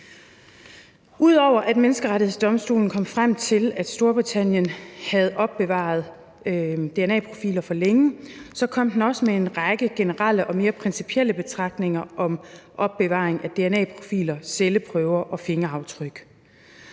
Ud over at Menneskerettighedsdomstolen kom frem til, at Storbritannien havde opbevaret dna-profiler for længe, kom den også med en række generelle og mere principielle betragtninger om opbevaring af dna-profiler, celleprøver og fingeraftryk.